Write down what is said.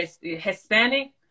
Hispanic